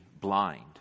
blind